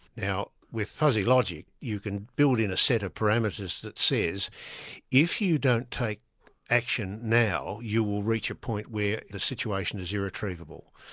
now with fuzzy logic, you can build in a set of parameters that says if you don't take action now, you will reach a point where the situation is irretrievable.